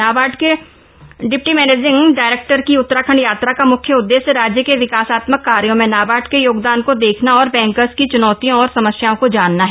नाबार्ड के डीएमडी की उत्तराखंड यात्रा का मुख्य उददेश्य राज्य के विकासात्मक कार्यों में नाबार्ड के योगदान को देखना और बैंकर्स की च्नौतियों और समस्याओं को जानना है